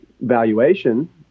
valuation